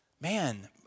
man